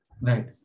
Right